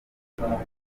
umuryango